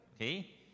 okay